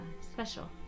special